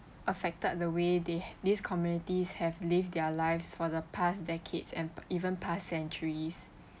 affected the way they these communities have live their lives for the past decades and even past centuries